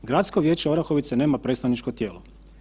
Gradsko vijeće Orahovice nema predstavničko tijelo.